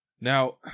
Now